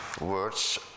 words